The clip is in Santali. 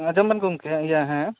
ᱟᱸᱡᱚᱢ ᱵᱮᱱ ᱜᱚᱝᱠᱮ ᱤᱭᱟᱹ ᱦᱮᱸ